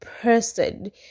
person